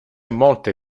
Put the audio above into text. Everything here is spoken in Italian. molte